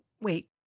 wait